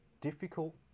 difficult